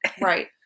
Right